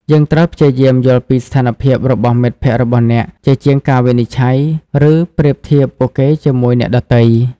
យើងត្រូវព្យាយាមយល់ពីស្ថានភាពរបស់មិត្តភក្តិរបស់អ្នក ជាជាងការវិនិច្ឆ័យ ឬប្រៀបធៀបពួកគេជាមួយអ្នកដទៃ។